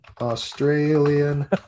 Australian